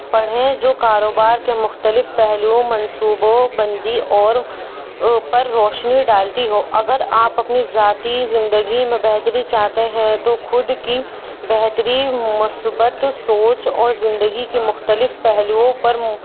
پڑھیں جو کاروبار کے مختلف پہلوؤں منصوبوں بندی اور اوپر روشنی ڈالتی ہو اگر آپ اپنی ذاتی زندگی میں بہتری چاہتے ہیں تو خود کی بہتری مثبت سوچ اور زندگی کے مختلف پہلوؤں پر